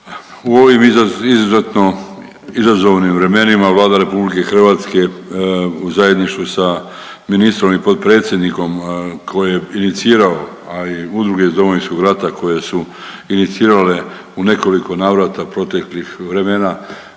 izazovnim vremenima Vlada RH u zajedništvu sa ministrom i potpredsjednikom koji je inicirao, a i udruge iz Domovinskog rata koje su inicirale u nekoliko navrata proteklih vremena